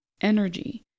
energy